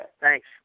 Thanks